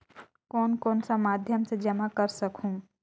कौन कौन सा माध्यम से जमा कर सखहू?